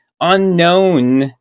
unknown